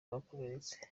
bakomeretse